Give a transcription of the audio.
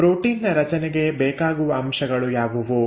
protein ನ ರಚನೆಗೆ ಬೇಕಾಗುವ ಅಂಶಗಳು ಯಾವುವು